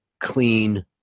clean